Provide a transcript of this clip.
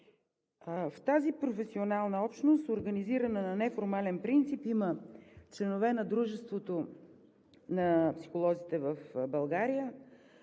В тази професионална общност, организирана на неформален принцип, има членове на Дружеството на психолозите в България,